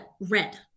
red